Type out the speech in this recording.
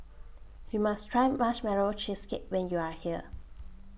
YOU must Try Marshmallow Cheesecake when YOU Are here